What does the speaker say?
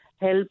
help